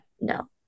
no